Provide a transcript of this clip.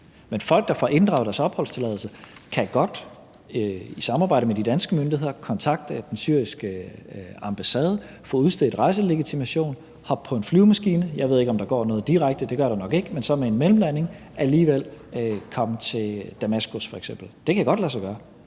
Men folk, der får inddraget deres opholdstilladelse, kan godt i samarbejde med de danske myndigheder kontakte den syriske ambassade, få udstedt rejselegitimation, hoppe på en flyvemaskine – jeg ved ikke, om der går noget direkte; det gør der nok ikke, men så med en mellemlanding – og komme til f.eks. Damaskus. Det kan godt lade sig gøre,